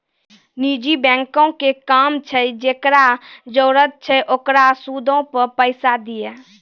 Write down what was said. निजी बैंको के काम छै जे जेकरा जरुरत छै ओकरा सूदो पे पैसा दिये